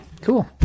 cool